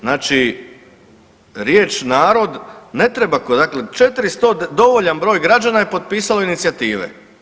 Znači riječ „narod“ ne treba, dakle dovoljan broj građana je potpisalo inicijative.